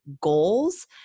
goals